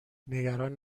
نگران